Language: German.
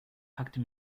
packte